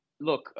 Look